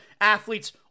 athletes